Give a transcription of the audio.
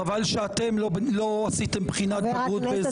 חבל שאתם לא עשיתם בחינת בגרות באזרחות.